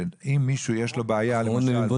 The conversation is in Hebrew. שאם למישהו יש בעיה --- מחלות נלוות